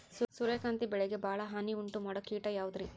ಸೂರ್ಯಕಾಂತಿ ಬೆಳೆಗೆ ಭಾಳ ಹಾನಿ ಉಂಟು ಮಾಡೋ ಕೇಟ ಯಾವುದ್ರೇ?